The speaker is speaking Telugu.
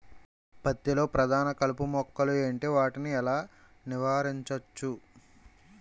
పత్తి లో ప్రధాన కలుపు మొక్కలు ఎంటి? వాటిని ఎలా నీవారించచ్చు?